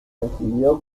decidió